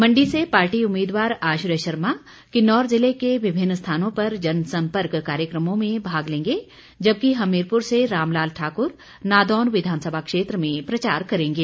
मंडी से पार्टी उम्मीदवार आश्रय शर्मा किन्नौर जिले के विभिन्न स्थानों पर जनसंपर्क कार्यक्रमों में भाग लेंगे जबकि हमीरपुर से रामलाल ठाकुर नादौन विधानसभा क्षेत्र में प्रचार करेंगे